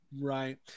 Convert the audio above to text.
Right